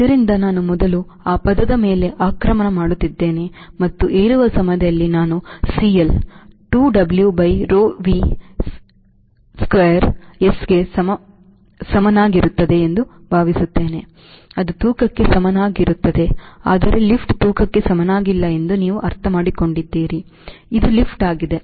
ಆದ್ದರಿಂದ ನಾನು ಮೊದಲು ಆ ಪದದ ಮೇಲೆ ಆಕ್ರಮಣ ಮಾಡುತ್ತಿದ್ದೇನೆ ಮತ್ತು ಏರುವ ಸಮಯದಲ್ಲಿ ನಾನು CL 2 W by rho V square S ಗೆ ಸಮನಾಗಿರುತ್ತದೆ ಎಂದು ಭಾವಿಸುತ್ತೇನೆ ಅದು ತೂಕಕ್ಕೆ ಸಮನಾಗಿರುತ್ತದೆ ಆದರೆ ಲಿಫ್ಟ್ ತೂಕಕ್ಕೆ ಸಮನಾಗಿಲ್ಲ ಎಂದು ನೀವು ಅರ್ಥಮಾಡಿಕೊಂಡಿದ್ದೀರಿ ಇದು ಲಿಫ್ಟ್ ಆಗಿದೆ